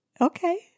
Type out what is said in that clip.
Okay